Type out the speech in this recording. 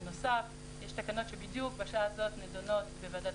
בנוסף יש תקנות שבדיוק בשעה הזאת נדונות בוועדת